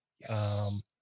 Yes